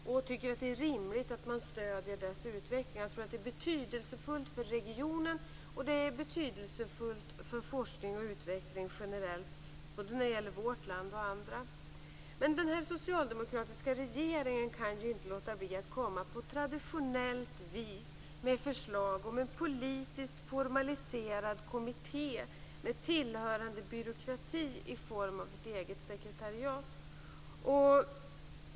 Vi tycker att det är rimligt att man stöder dess utveckling. Jag tror att det är betydelsefullt för regionen och att det är betydelsefullt för forskning och utveckling generellt - både när det gäller vårt land och andra länder. Men den här socialdemokratiska regeringen kan ju inte låta bli att på traditionellt vis komma med förslag om en politiskt formaliserad kommitté med tillhörande byråkrati i form av ett eget sekretariat.